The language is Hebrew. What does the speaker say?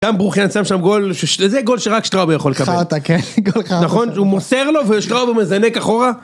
גם ברוכיאן שם שם גול, זה גול שרק שטראובר יכול לקבל. חארטה, כן, גול חארטה. נכון? הוא מוסר לו ושטראובר מזנק אחורה?